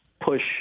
push